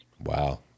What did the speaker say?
Wow